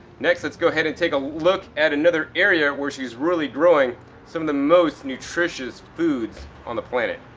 next let's go ahead and tale a look at another area where she's really growing some of the most nutritious foods on the planet.